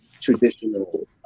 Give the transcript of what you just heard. traditional